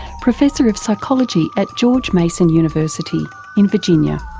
professor of psychology at george mason university in virginia.